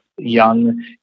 young